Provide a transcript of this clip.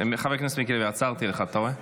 חבר הכנסת מיקי לוי, עצרתי לך, אתה רואה?